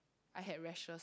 I had rashes